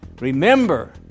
Remember